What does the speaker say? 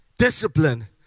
Discipline